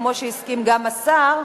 כמו שהסכים גם השר,